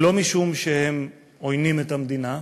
חס וחלילה, ולא משום שהם עוינים את המדינה,